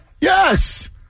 Yes